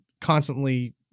constantly